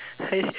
I